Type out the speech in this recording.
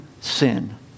sin